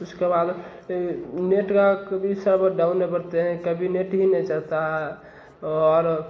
उसके बाद नेट का भी सर्वर डाउन है बोलते हैं कभी नेट ही नहीं चलता है और